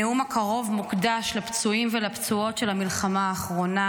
הנאום הקרוב מוקדש לפצועים ולפצועות של המלחמה האחרונה,